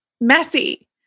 messy